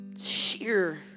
Sheer